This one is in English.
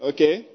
Okay